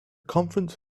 conference